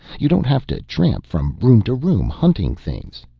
you don't have to tramp from room to room hunting things.